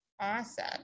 Awesome